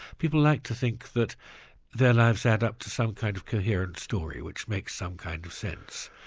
people like to think that their lives add up to some kind of coherent story which makes some kind of sense,